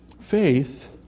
Faith